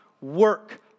work